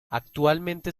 actualmente